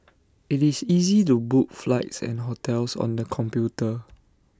IT is easy to book flights and hotels on the computer